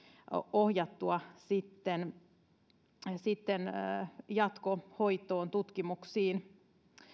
ohjattua sitten jatkohoitoon ja tutkimuksiin